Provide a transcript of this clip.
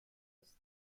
esto